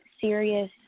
serious